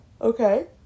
Okay